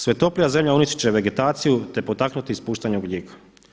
Sve toplija zemlja uništiti će vegetaciju te potaknuti ispuštanje ugljika.